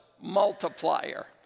multiplier